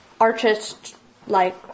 artist-like